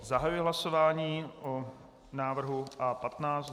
Zahajuji hlasování o návrhu A15.